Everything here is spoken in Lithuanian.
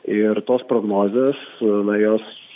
ir tos prognozės na jos